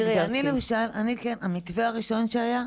תראי, מבחינתי, המתווה הראשון שהיה,